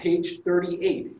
page thirty eight